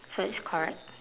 so it's correct